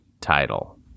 title